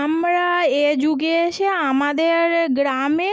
আমরা এ যুগে এসে আমাদের গ্রামে